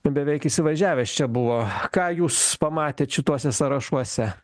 beveik įsivažiavęs čia buvo ką jūs pamatėt šituose sąrašuose